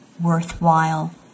worthwhile